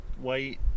white